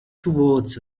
towards